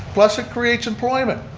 plus it creates employment.